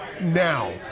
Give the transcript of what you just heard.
Now